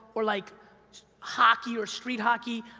or like hockey or street hockey,